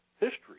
history